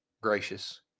gracious